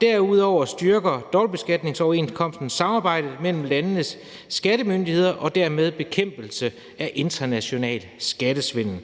Derudover styrker dobbeltbeskatningsoverenskomsten samarbejdet mellem landenes skattemyndigheder og dermed bekæmpelse af international skattesvindel.